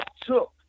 took